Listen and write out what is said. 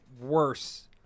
worse